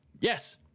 Yes